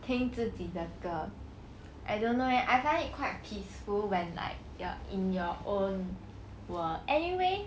听自己的歌 I don't know eh I find it quite peaceful when like you're in your own world anyway